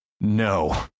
no